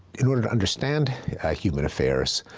in order to understand human affairs,